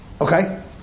Okay